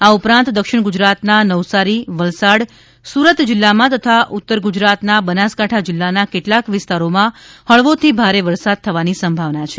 આ ઉપરાંત દક્ષિણ ગુજરાતના નવસારી વલસાડ સુરત જિલ્લામાં તથા ઉત્તર ગુજરાતના બનાસકાંઠા જિલ્લાના કેટલાક વિસ્તારોમાં હળવોથી ભારે વરસાદ થવાની સંભાવના છે